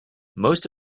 most